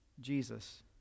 Jesus